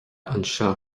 anseo